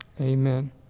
Amen